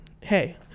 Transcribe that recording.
hey